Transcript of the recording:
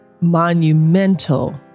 monumental